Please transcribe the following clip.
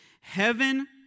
Heaven